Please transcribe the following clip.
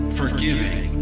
forgiving